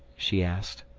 she asked.